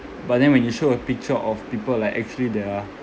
but then when you show a picture of people like actually that are